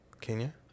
Kenya